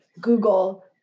Google